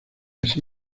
así